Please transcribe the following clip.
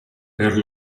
per